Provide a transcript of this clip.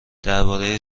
درباره